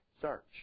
search